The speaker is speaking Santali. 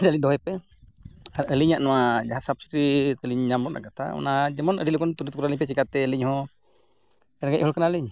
ᱟᱹᱞᱤᱧ ᱫᱚᱦᱚᱭ ᱯᱮ ᱟᱨ ᱟᱹᱞᱤᱧᱟᱜ ᱱᱚᱣᱟ ᱡᱟᱦᱟᱸ ᱥᱟᱵ ᱥᱤᱰᱤ ᱛᱟᱹᱞᱤᱧ ᱧᱟᱢ ᱨᱮᱱᱟᱜ ᱠᱟᱛᱷᱟ ᱚᱱᱟ ᱡᱮᱢᱚᱱ ᱟᱹᱰᱤ ᱞᱚᱜᱚᱱ ᱛᱚᱞᱤᱛ ᱠᱳᱞᱟᱞᱤᱧᱯᱮ ᱪᱤᱠᱟᱹᱛᱮ ᱟᱹᱞᱤᱧ ᱦᱚᱸ ᱨᱮᱸᱜᱮᱡ ᱦᱚᱲ ᱠᱟᱱᱟᱞᱤᱧ